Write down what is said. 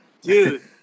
Dude